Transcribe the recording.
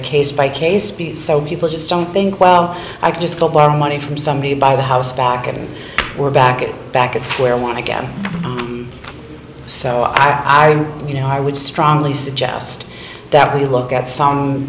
a case by case piece so people just don't think well i can just go borrow money from somebody by the house pocket and we're back back at square one again so i you know i would strongly suggest that we look at some